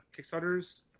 Kickstarters